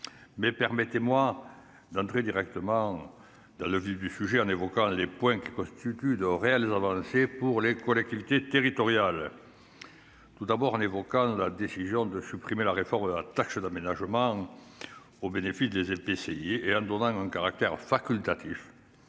Mais permettez-moi d'entrer directement dans le vif du sujet en évoquant les points qui constituent de réelles avancées pour les collectivités territoriales. Tout d'abord, la décision de revenir sur la réforme de la taxe d'aménagement au bénéfice des EPCI me paraît satisfaisante,